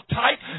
tight